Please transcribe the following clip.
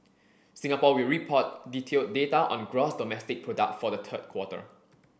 Singapore will report detailed data on gross domestic product for the third quarter